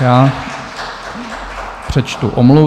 Já přečtu omluvy.